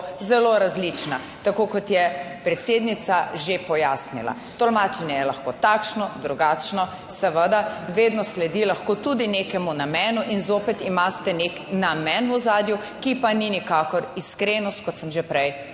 zelo različna, tako kot je predsednica že pojasnila. Tolmačenje je lahko takšno, drugačno, seveda vedno sledi lahko tudi nekemu namenu in zopet imate nek namen v ozadju, ki pa ni nikakor iskrenost, kot sem že prej